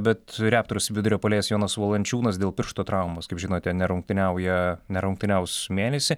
bet reptors vidurio puolėjas jonas valančiūnas dėl piršto traumos kaip žinote nerungtyniauja nerungtyniaus mėnesį